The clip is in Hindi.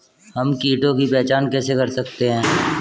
हम कीटों की पहचान कैसे कर सकते हैं?